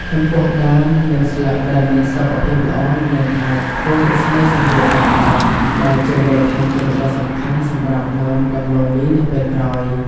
ចំពោះដើម និងស្លឹកដែលមានសុខភាពល្អនឹងអាចធ្វើរស្មីសំយោគបានល្អ ដែលជាមូលដ្ឋានគ្រឹះដ៏សំខាន់សម្រាប់មើមដំឡូងមីនៅពេលក្រោយ។